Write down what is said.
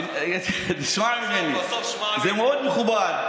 תשמע ממני, זה מאוד מכובד.